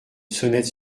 sonnette